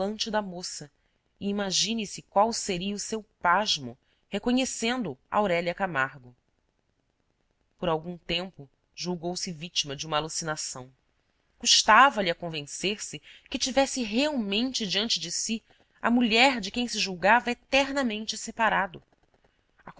semblante da moça e imagine-se qual seria o seu pasmo reconhecendo aurélia camargo por algum tempo julgou-se vítima de uma alucinação custava-lhe a convencer-se que tivesse realmente diante de si a mulher de quem se julgava eternamente separado